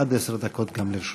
עד עשר דקות גם לרשותך.